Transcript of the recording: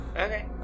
okay